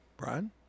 Brian